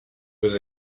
was